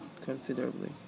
considerably